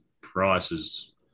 prices